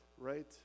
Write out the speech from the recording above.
Right